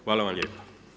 Hvala vam lijepa.